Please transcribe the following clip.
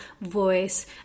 voice